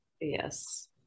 Yes